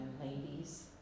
ladies